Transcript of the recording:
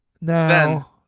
now